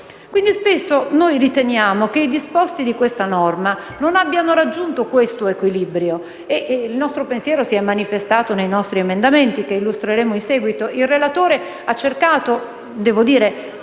Quindi, spesso riteniamo che i disposti di tale norma non abbiano raggiunto questo equilibrio e il nostro pensiero si è manifestato nei nostri emendamenti, che illustreremo in seguito. Il relatore, sempre disponibile,